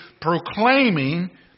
proclaiming